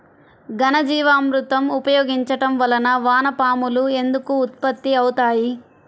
ఘనజీవామృతం ఉపయోగించటం వలన వాన పాములు ఎందుకు ఉత్పత్తి అవుతాయి?